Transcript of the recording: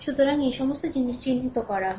সুতরাং এই সমস্ত জিনিস চিহ্নিত করা হয়